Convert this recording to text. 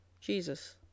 Jesus